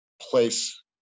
place